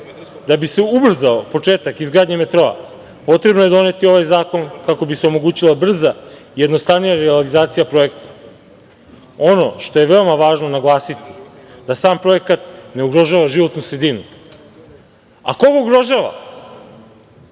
Da bi se ubrzao početak izgradnje metroa potrebno je doneti ovaj zakon, kako bi se omogućila brza, jednostavnija realizacija projekta. Ono što je veoma važno naglasiti je da sam projekat ne ugrožava životnu sredinu. A koga ugrožava?